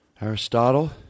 Aristotle